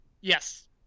Yes